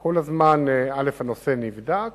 הנושא נבדק